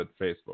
Facebook